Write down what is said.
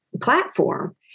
platform